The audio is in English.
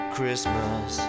Christmas